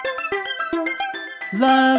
Love